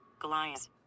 goliath